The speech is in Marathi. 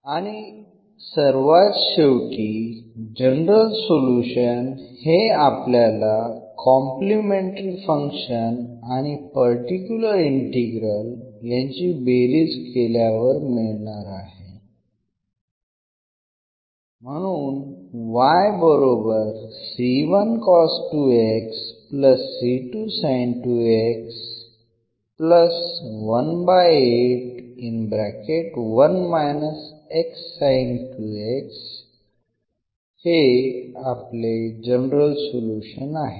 आणि सर्वात शेवटी जनरल सोल्युशन हे आपल्याला कॉम्प्लिमेंटरी फंक्शन आणि पर्टिक्युलर इंटीग्रल यांची बेरीज केल्यावर मिळणार आहे